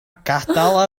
gadael